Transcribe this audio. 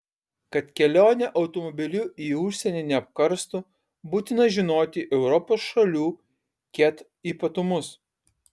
kad kelionė automobiliu į užsienį neapkarstų būtina žinoti europos šalių ket ypatumus